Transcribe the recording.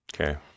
Okay